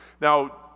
Now